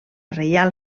reial